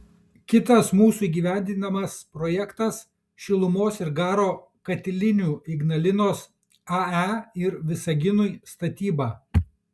kitas mūsų įgyvendinamas projektas šilumos ir garo katilinių ignalinos ae ir visaginui statyba